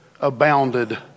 abounded